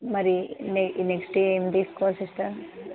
మరి నె నెక్స్ట్ ఏం తీసుకోవాలి సిస్టర్